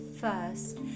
first